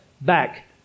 back